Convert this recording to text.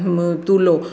তুলো